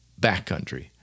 backcountry